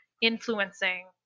influencing